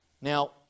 Now